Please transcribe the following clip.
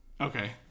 okay